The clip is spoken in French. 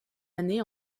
année